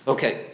Okay